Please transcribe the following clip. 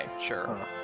sure